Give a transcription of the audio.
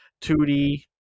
2D